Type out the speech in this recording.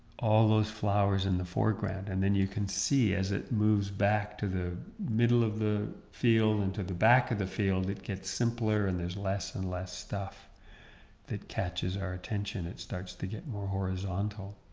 all those flowers in the foreground and then you can see as it moves back to the middle of the field into the back of the field it gets simpler and there's less and less stuff that catches our attention. it starts to get more horizontal.